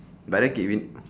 but right given